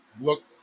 look